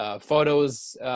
photos